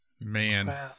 Man